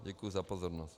Děkuji za pozornost.